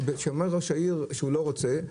כשאומר ראש העיר שהוא לא רוצה,